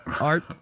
art